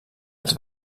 als